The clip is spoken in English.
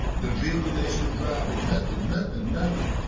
the vehicle that she was driving, nothing. nothing, nothing.